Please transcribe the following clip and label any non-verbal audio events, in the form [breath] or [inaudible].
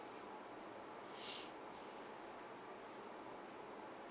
[breath]